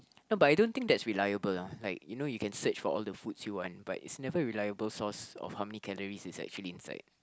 no but I don't think that's reliable lah like you know you can search for all the foods you want but is never really a reliable source of how many calories is actually inside